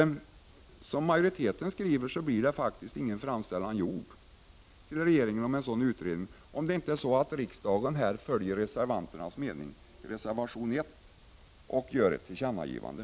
Med utgångspunkt i majoritetens skrivning blir det ingen framställan gjord till regeringen om en sådan utredning, om inte riksdagen här biträder reservation nr 1 och gör ett tillkännagivande.